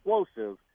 explosive